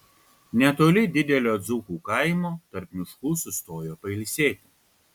netoli didelio dzūkų kaimo tarp miškų sustojo pailsėti